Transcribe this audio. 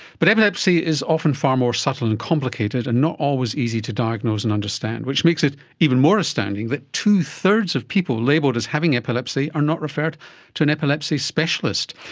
but epilepsy is often far more subtle and complicated and not always easy to diagnose and understand, which makes it even more astounding that two-thirds of people labelled as having epilepsy are not referred to an epilepsy specialist.